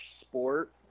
sport